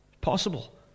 Possible